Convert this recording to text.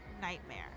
nightmare